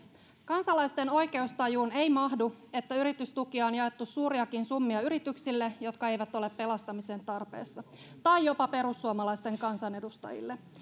kansalaisten oikeustajuun ei mahdu että yritystukia on jaettu suuriakin summia yrityksille jotka eivät ole pelastamisen tarpeessa tai jopa perussuomalaisten kansanedustajille